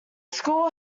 school